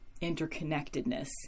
interconnectedness